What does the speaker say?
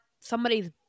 somebody's